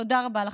תודה רבה לכם.